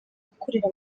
gukurira